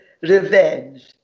revenge